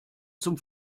zum